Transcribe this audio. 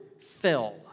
fell